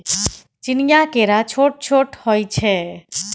चीनीया केरा छोट छोट होइ छै